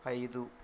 ఐదు